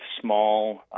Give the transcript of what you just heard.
small